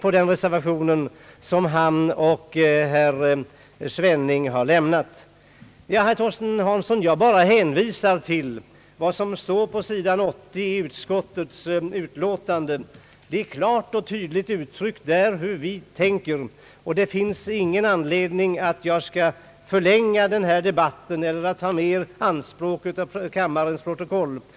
I varje fall har jag angripits av herr Torsten Hansson. Ja, herr Torsten Hansson, jag bara hänvisar till vad som står på sidan 80 i utskottets utlåtande. Det är klart och tydligt hur vi tänker. Det finns ingen anledning för mig att förlänga denna debatt eller att ta mer av kammarens protokoll i anspråk.